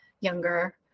younger